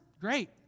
Great